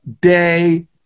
day